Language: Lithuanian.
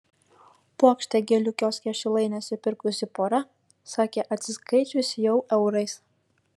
puokštę gėlių kioske šilainiuose pirkusi pora sakė atsiskaičiusi jau eurais